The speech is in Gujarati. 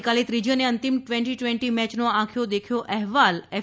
આવતીકાલે ત્રીજી અને અંતિમ ટ્વેન્ટી ટ્વેન્ટી મેચનો આંખ્યો દેખો અહેવાલ એફ